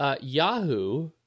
Yahoo